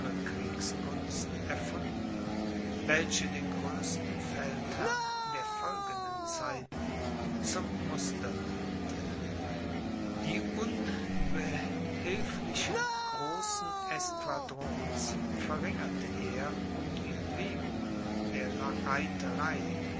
kriegskunst erfunden welche den größten feldherren der folgenden zeiten zum muster diente die unbehilflichen großen escadrons verringerte er um die bewegungen der